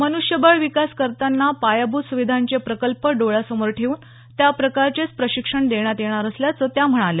मनुष्यबळ विकास करताना पायाभूत सुविधांचे प्रकल्प डोळ्यासमोर ठेवून त्या प्रकारचेच प्रशिक्षण देण्यात येणार असल्याचं त्या म्हणाल्या